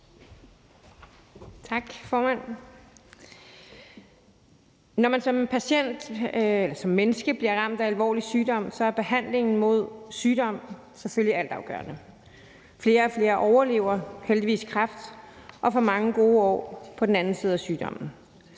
Når man som menneske bliver ramt af alvorlig sygdom, så er behandlingen mod sygdommen selvfølgelig altafgørende. Flere og flere overlever heldigvis kræft og får mange gode år på den anden side af sygdommen.